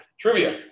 Trivia